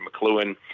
McLuhan